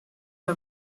are